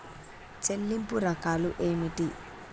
చెల్లింపు రకాలు ఏమిటి?